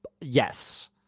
Yes